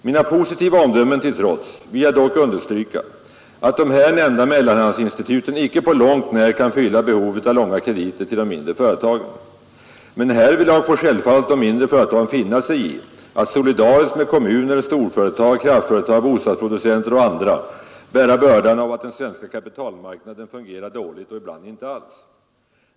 Mina positiva omdömen till trots vill jag dock understryka att de här nämnda mellanhandsinstituten icke på långt när kan fylla behovet av långa krediter till de mindre företagen. Men härvidlag får självfallet de mindre företagen finna sig i att solidariskt med kommuner, storföretag, kraftföretag, bostadsproducenter och andra bära bördan av att den svenska kapitalmarknaden fungerar dåligt och ibland icke alls.